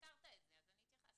הזכרת את זה אז התייחסתי.